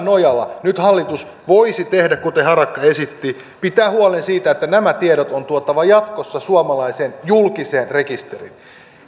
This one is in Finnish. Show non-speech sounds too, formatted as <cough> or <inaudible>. <unintelligible> nojalla hallitus voisi nyt tehdä kuten harakka esitti pitää huolen siitä että nämä tiedot on tuotava jatkossa suomalaiseen julkiseen rekisteriin